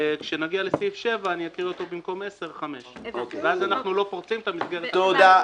וכשנגיע לסעיף (7) אני אקרא חמש במקום 10. ואז אנחנו לא פורצים את המסגרת --- תודה.